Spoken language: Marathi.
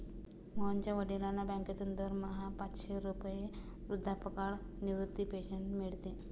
मोहनच्या वडिलांना बँकेतून दरमहा पाचशे रुपये वृद्धापकाळ निवृत्ती पेन्शन मिळते